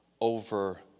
over